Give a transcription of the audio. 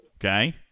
okay